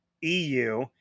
eu